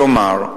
כלומר,